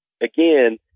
again